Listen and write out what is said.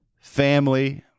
family